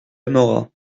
aimera